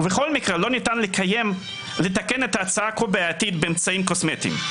ובכל מקרה לא ניתן לתקן את ההצעה הכה בעייתית באמצעים קוסמטיים.